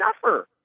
suffer